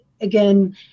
again